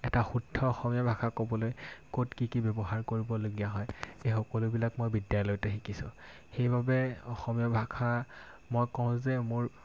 এটা শুদ্ধ অসমীয়া ভাষা ক'বলৈ ক'ত কি কি ব্যৱহাৰ কৰিবলগীয়া হয় এই সকলোবিলাক মই বিদ্যালয়তে শিকিছোঁ সেইবাবে অসমীয়া ভাষা মই কওঁ যে মোৰ